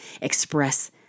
express